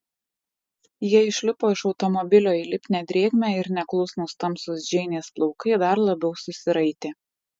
jie išlipo iš automobilio į lipnią drėgmę ir neklusnūs tamsūs džeinės plaukai dar labiau susiraitė